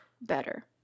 better